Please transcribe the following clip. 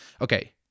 Okay